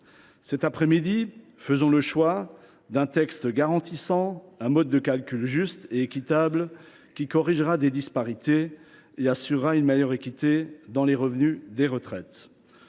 Cet après midi, faisons le choix d’un texte garantissant un mode de calcul juste et équitable, qui corrigera des disparités et assurera une plus grande équité dans les montants des retraites.